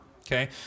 okay